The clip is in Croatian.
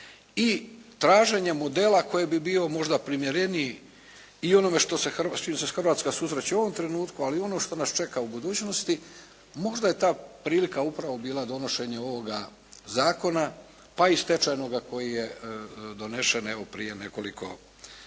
i traženje modela koji bi bio možda primjereniji i onome s čim se Hrvatska susreće u ovom trenutku, ali i ono što nas čeka u budućnost, možda je ta prilika upravo bila donošenje ovoga zakona pa i stečajnoga koji je donesen, evo prije nekoliko mjeseci.